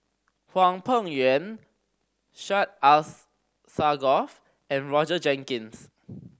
Hwang Peng Yuan Syed Alsagoff and Roger Jenkins